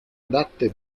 adatte